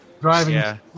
driving